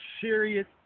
serious